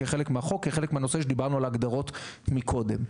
כחלק מהגדרות החוק שדיברנו עליהן מקודם.